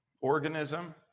Organism